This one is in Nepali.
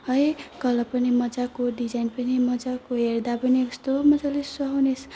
है कलर पनि मजाको डिजाइन पनि मजाको हेर्दा पनि कस्तो मजाले सुहाउने